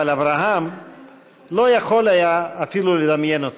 אבל אברהם לא יכול היה אפילו לדמיין אותן.